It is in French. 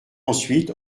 ensuite